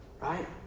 Right